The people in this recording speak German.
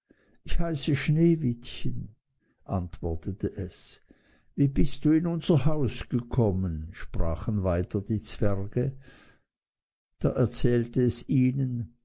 ich heiße sneewittchen antwortete es wie bist du in unser haus gekommen sprachen weiter die zwerge da erzählte es ihnen